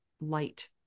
light